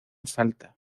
falta